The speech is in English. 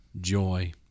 joy